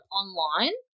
online